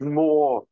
more